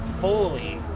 fully